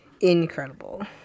incredible